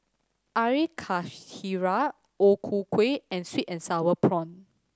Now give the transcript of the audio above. Air Karthira O Ku Kueh and Sweet and Sour Prawns